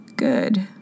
good